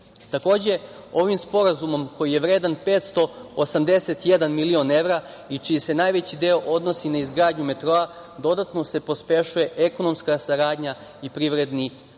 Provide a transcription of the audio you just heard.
Takođe, ovim sporazumom koji je vredan 581 milion evra i čiji se najveći deo odnosi na izgradnju metroa dodatno se pospešuje ekonomska saradnja i privredni razvoj.